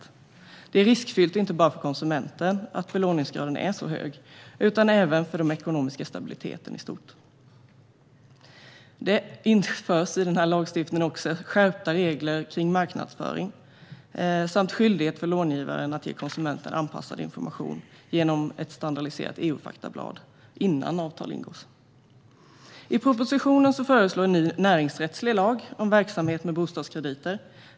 Att belåningsgraden är så hög är riskfyllt inte bara för konsumenten utan även för den ekonomiska stabiliteten i stort. I lagstiftningen införs även skärpta regler för marknadsföring samt skyldighet för långivaren att ge konsumenten anpassad information genom ett standardiserat EU-faktablad innan avtal ingås. I propositionen föreslås en ny näringsrättslig lag om verksamhet med bostadskrediter.